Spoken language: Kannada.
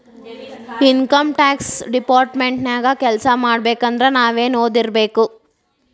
ಇನಕಮ್ ಟ್ಯಾಕ್ಸ್ ಡಿಪಾರ್ಟ್ಮೆಂಟ ನ್ಯಾಗ್ ಕೆಲ್ಸಾಮಾಡ್ಬೇಕಂದ್ರ ನಾವೇನ್ ಒದಿರ್ಬೇಕು?